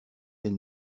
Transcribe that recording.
elle